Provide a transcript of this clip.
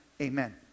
amen